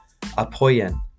Apoyen